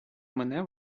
мене